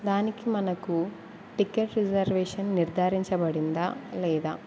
దానికి మనకు ticket reservation నిర్ధారించబడిందా లేదా